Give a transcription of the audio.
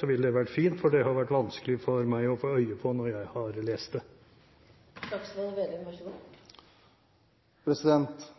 så ville det vært fint, for det har det vært vanskelig for meg å få øye på når jeg har lest